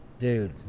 Dude